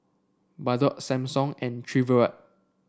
Bardot Samsung and Chevrolet